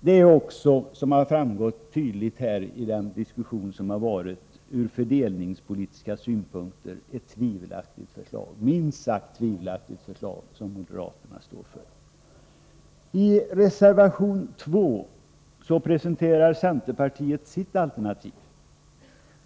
Det är också, som tydligt framgått av diskussionen här, ett ur fördelningspolitiska synpunkter minst sagt tvivelaktigt förslag som moderaterna står för. I reservation 2 presenterar centerpartiet sitt alternativ.